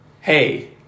hey